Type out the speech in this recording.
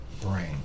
brain